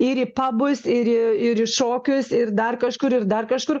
ir į pabus ir ir į šokius ir dar kažkur ir dar kažkur